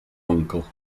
uncle